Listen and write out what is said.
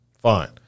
fine